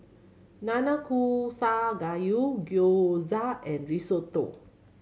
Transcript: Nanakusa Gayu Gyoza and Risotto